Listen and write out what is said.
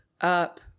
up